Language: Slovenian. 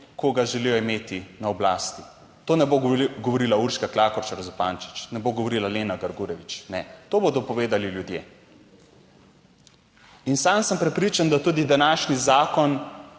koga želijo imeti na oblasti. Tega ne bo govorila Urška Klakočar Zupančič, ne bo govorila Lena Grgurevič, ne, to bodo povedali ljudje. In sam sem prepričan, da tudi današnji zakon,